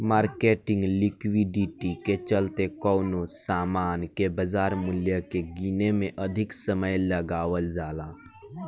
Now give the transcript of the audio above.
marketing liquidity के चलते कवनो सामान के बाजार मूल्य के गीने में अधिक समय लगावल जाला